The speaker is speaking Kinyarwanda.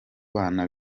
bana